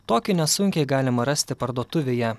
tokį nesunkiai galima rasti parduotuvėje